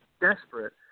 desperate